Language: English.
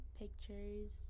pictures